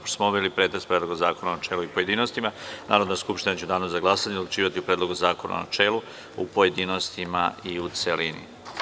Pošto smo obavili pretres Predloga zakona u načelu i pojedinostima, Narodna skupština će u Danu za glasanje odlučivati o Predlogu zakona u načelu, pojedinostima i u celini.